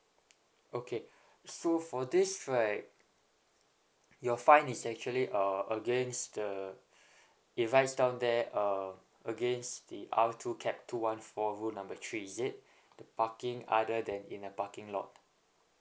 okay so for this right your fine is actually err against the advices down there uh against R two cap two one four rules number three is it the parking other than in a parking lot